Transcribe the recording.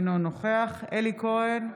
אינו נוכח אלי כהן,